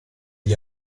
gli